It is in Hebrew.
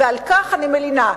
ועל כך אני מלינה.